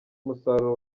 umusaruro